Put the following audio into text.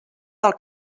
del